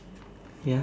ya